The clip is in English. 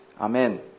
Amen